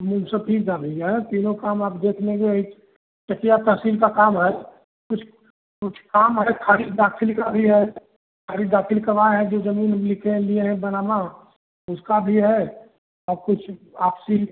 मुंसफी का भी है तीनों काम आप देख लेंगे चकिया तहसील का काम है कुछ कुछ काम है खारिज दाखिल का भी है खारीज दाखिल करवाए हैं जो जमीन ऊ लिखे हैं लिए हैं बनाना उसका भी है और कुछ आपसी